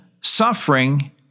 suffering